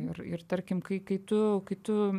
ir ir tarkim kai kai tu kai tu